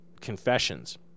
confessions